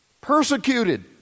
Persecuted